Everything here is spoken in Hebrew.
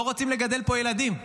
לא רוצים לגדל פה ילדים,